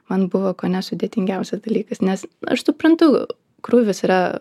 man buvo kone sudėtingiausias dalykas nes aš suprantu krūvis yra